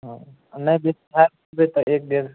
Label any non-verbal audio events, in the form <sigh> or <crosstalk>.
हँ नहि जँऽ <unintelligible> लेब तऽ एक डेढ़